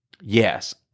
Yes